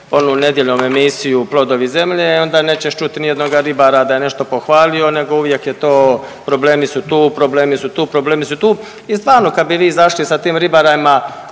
onu nedjeljom emisiju Plodovi zemlje onda nećeš čuti ni jednoga ribara da je nešto pohvalio, nego uvijek je to, problemi su tu, problemi su tu, problemi su tu. I stvarno kad bi vi izašli sa tim ribarima